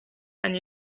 and